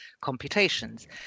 computations